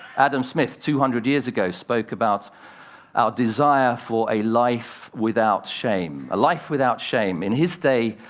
adam smith, two hundred years ago, spoke about our desire for a life without shame. a life without shame in his day,